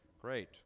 Great